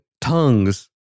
tongues